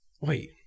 Wait